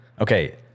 Okay